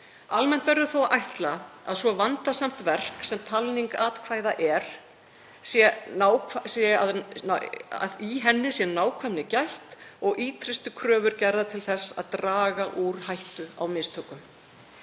Almennt verður þó að ætla að við svo vandasamt verk sem talning atkvæða er sé nákvæmni gætt og ýtrustu kröfur gerðar til þess að draga úr hættu á mistökum.